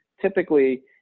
typically